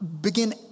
begin